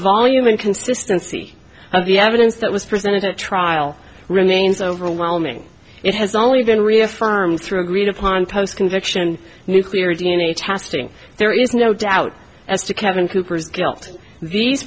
volume and consistency of the evidence that was presented at trial remains overwhelming it has only been reaffirmed through agreed upon post conviction nuclear d n a testing there is no doubt as to kevin cooper's guilt these